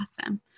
awesome